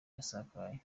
yasakaye